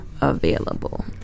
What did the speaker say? available